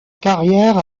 carrière